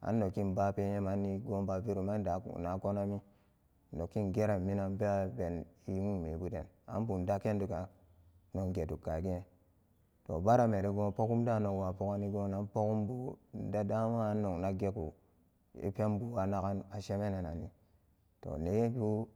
annongin ba pe nyemanni goban vikumandaa-na konami nokin geran minan baben e wumebuden an bumnagen dugan noggeduk kagen to bara mengo pogumden nowa pogani gonan pogumbu de damaran nognaggeku epenbu nagan a shemananni toh nee bu.